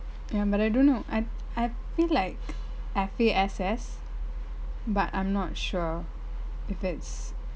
ya but I don't know I I think like F_A_S_S but I'm not sure if it's